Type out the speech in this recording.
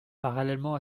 parallèlement